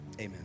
Amen